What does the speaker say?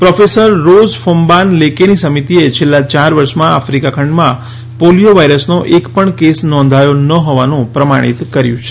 professor Rose Fombang લેકેની સમિતિએ છેલ્લાં ચાર વર્ષમાં આફિકા ખંડમાં પોલિયો વાયરસનો એક પણ કેસ નોંધાયો ન હોવાનું પ્રમાણિત કર્યું છે